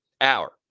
Hour